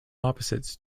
opposites